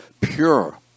pure